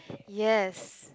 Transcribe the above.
yes